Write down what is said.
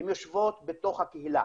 הן יושבות בתוך הקהילה,